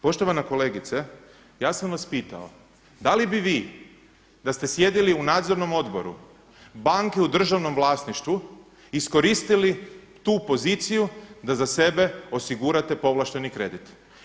Poštovana kolegice, ja sam vas pitao da li bi vi da ste sjedili u nadzornom odboru banke u državnom vlasništvu iskoristili tu poziciju da za sebe osigurate povlašteni kredit?